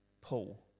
pull